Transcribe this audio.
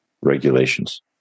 regulations